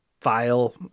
file